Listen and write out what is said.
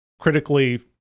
critically